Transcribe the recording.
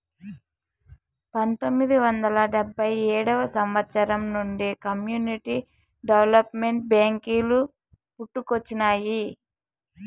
పంతొమ్మిది వందల డెబ్భై ఏడవ సంవచ్చరం నుండి కమ్యూనిటీ డెవలప్మెంట్ బ్యేంకులు పుట్టుకొచ్చినాయి